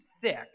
thick